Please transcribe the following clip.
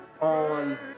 on